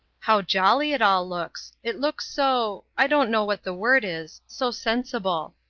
how jolly it all looks. it looks so i don't know what the word is so sensible.